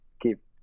keep